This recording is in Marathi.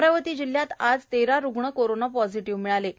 अमरावती जिल्ह्यात आज तेरा रुग्ण कोरोंना पॉझिटिव्ह मिळाले आहे